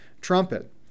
trumpet